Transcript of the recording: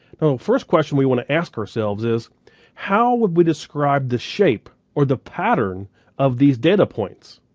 now, first question we wanna ask ourselves is how would we describe the shape or the pattern of these data points?